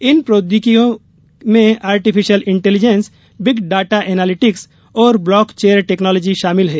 इन प्रौद्योगिकियों में artificial intelligence big data analytics और ब्लाक चेयर टेक्नालॉजी शामिल है